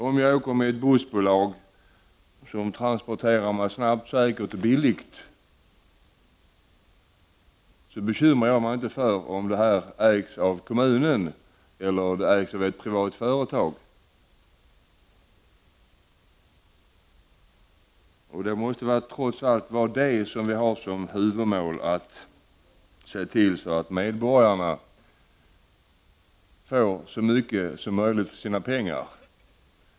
Om jag åker med ett bussbolag som transporterar mig snabbt, säkert och billigt, bekymrar jag mig inte för om det ägs av kommunen eller av ett privat företag. Vårt huvudmål måste trots allt vara att se till att medborgarna får så mycket som möjligt för sina pengar.